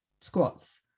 squats